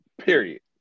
period